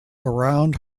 around